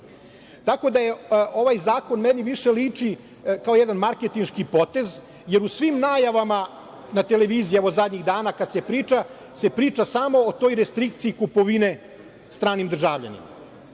našu zemlju. Ovaj zakon meni više liči kao jedan marketinški potez, jer u svim najavama na televiziji, evo zadnjih dana, se priča samo o toj restrikciji kupovine stranim državljanima,